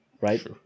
right